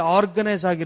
organized